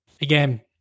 again